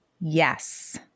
Yes